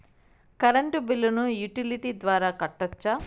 Current బిల్లును utility ద్వారా కట్టొచ్చా?